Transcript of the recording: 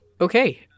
Okay